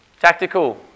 Tactical